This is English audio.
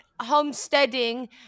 homesteading